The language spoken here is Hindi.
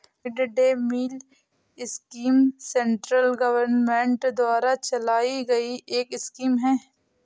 mid day meal scheme central government द्वारा चलाई गई एक स्कीम है